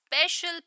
special